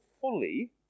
fully